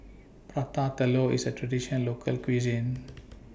Prata Telur IS A Traditional Local Cuisine